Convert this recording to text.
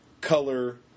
color